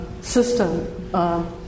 system